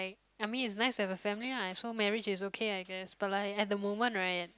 I mean it's nice to have a family lah so marriage is okay I guess but like at the moment right